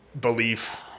belief